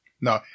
No